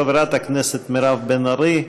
חברת הכנסת מירב בן ארי,